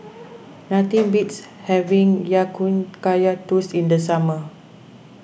nothing beats having Ya Kun Kaya Toast in the summer